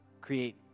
create